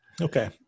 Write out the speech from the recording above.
Okay